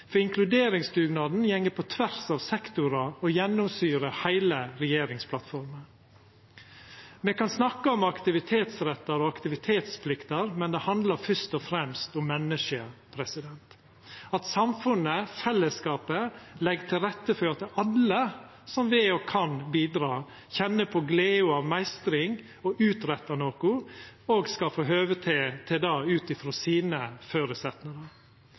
for inkluderingsdugnaden går på tvers av sektorar og gjennomsyrar heile regjeringsplattforma. Me kan snakka om aktivitetsrettar og aktivitetspliktar, men det handlar fyrst og fremst om menneske – at samfunnet, fellesskapet, legg til rette for at alle som vil og kan bidra, kjenner på gleda over meistring og å utretta noko, og skal få høve til det ut frå sine